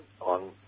on